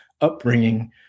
upbringing